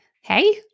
Hey